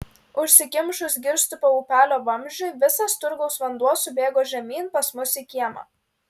užsikimšus girstupio upelio vamzdžiui visas turgaus vanduo subėgo žemyn pas mus į kiemą